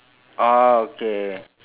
ah okay